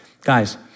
Guys